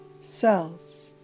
cells